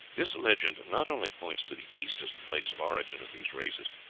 this legend not only points to the east as the place of origin of these races,